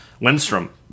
Lindstrom